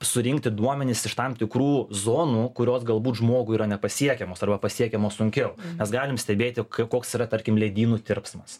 surinkti duomenis iš tam tikrų zonų kurios galbūt žmogui yra nepasiekiamos arba pasiekiamos sunkiau mes galim stebėti koks yra tarkim ledynų tirpsmas